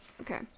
okay